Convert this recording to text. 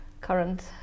current